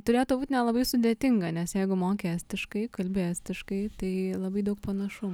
turėtų būti nelabai sudėtinga nes jeigu moki estiškai kalbi estiškai tai labai daug panašumų